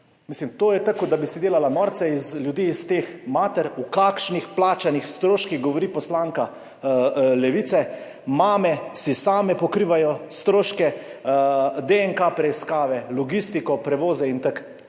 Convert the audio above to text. to je tako, kot da bi se delala norca iz ljudi, iz teh mater. O kakšnih plačanih stroških govori poslanka Levice? Mame si same pokrivajo stroške DNK preiskave, logistiko, prevoze in tako